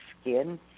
skin